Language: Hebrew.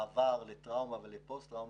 מעבר לטראומה ולפוסט טראומה,